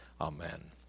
Amen